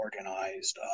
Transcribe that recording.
organized